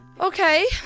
Okay